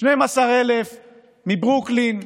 12,000 מברוקלין,